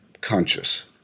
conscious